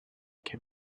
can